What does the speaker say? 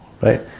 right